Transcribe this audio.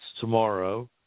tomorrow